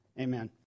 amen